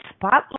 spotlight